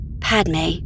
Padme